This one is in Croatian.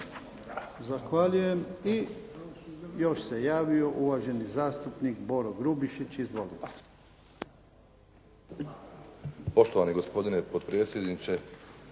Zahvaljujem. I još se javio uvaženi zastupnik Boro Grubišić. Izvolite.